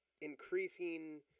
increasing